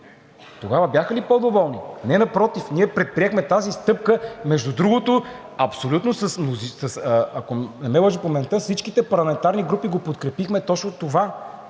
Тогава бяха ли по-доволни? Не, напротив! Ние предприехме тази стъпка. Между другото, ако не ме лъже паметта, всичките парламентарни групи подкрепихме точно това.